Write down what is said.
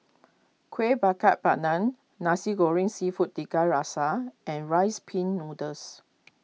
Kueh Bakar Pandan Nasi Goreng Seafood Tiga Rasa and Rice Pin Noodles